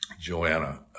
Joanna